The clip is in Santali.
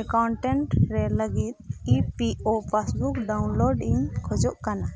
ᱮᱠᱟᱣᱩᱱᱴᱮᱱᱴ ᱨᱮ ᱞᱟᱹᱜᱤᱫ E P F O passbook download ᱤᱧ ᱠᱷᱚᱡᱚᱜ ᱠᱟᱱᱟ